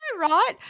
Right